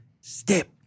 step